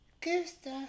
Gusta